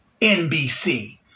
NBC